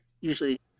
Usually